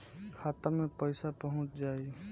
खाता मे पईसा पहुंच जाई